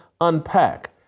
unpack